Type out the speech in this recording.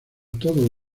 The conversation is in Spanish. todos